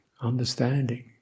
understanding